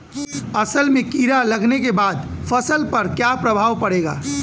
असल में कीड़ा लगने के बाद फसल पर क्या प्रभाव पड़ेगा?